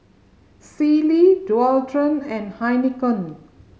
Sealy Dualtron and Heinekein